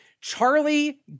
Charlie